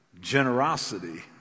generosity